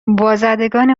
وازدگان